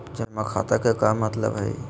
जमा खाता के का मतलब हई?